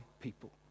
people